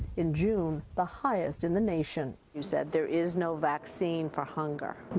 in june the highest in the nation. you said there is no vaccine for hunger.